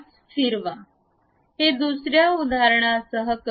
हे दुसर्या उदाहरणासह करूया